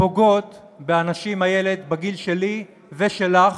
פוגעות באנשים, איילת, בגיל שלי ושלך